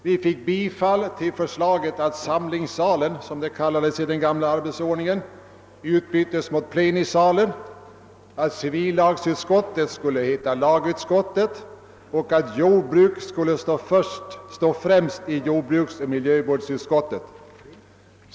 Vi vann dess tillstyrkande av förslagen att »samlingssalen«, som det hette i den gamla arbetsordningen, skulle utbytas mot »plenisalen«, att »civillagsutskottet« skulle heta »lagutskottet« och att »jordbruk» skulle stå främst i »jordbruksoch miljöutskottet«.